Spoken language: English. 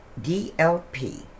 DLP